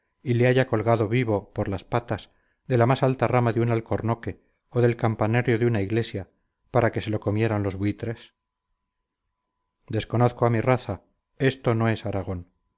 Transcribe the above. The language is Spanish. y le haya colgado vivo por las patas de la más alta rama de un alcornoque o del campanario de una iglesia para que se lo comieran los buitres desconozco a mi raza esto no es aragón